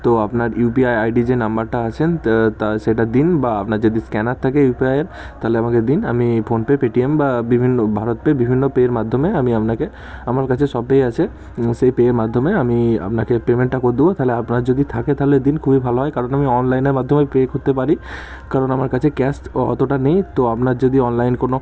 তো আপনার UPI ID যে নম্বরটা আছে তা তা সেটা দিন বা আপনার যদি স্ক্যানার থাকে ইউপিআইয়ের তাহলে আমাকে দিন আমি ফোনপে পেটিএম বা বিভিন্ন ভারত পে বিভিন্ন পের মাধ্যমে আমি আপনাকে আমার কাছে সব পেই আছে সেই পের মাধ্যমে আপনাকে পেমেন্টটা করে দেব তাহলে আপনার যদি থাকে তাহলে দিন খুবই ভালো হয় কারণ আমি অনলাইনের মাধ্যমে পে করতে পারি কারণ আমার কাছে ক্যাশ অতটা নেই তো আপনার যদি অনলাইন কোনো